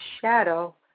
shadow